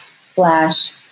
slash